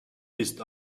ist